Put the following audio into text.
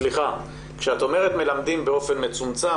כשאת אומרת מלמדים באופן מצומצם,